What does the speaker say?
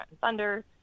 Thunder